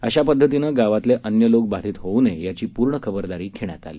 अशा पद्धतिनं गावातले अन्य लोक बाधित होऊ नये याची पुर्ण खबरदारी घेण्यात आली